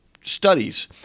studies